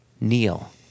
Neil